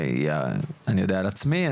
אני יודע על עצמי,